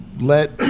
let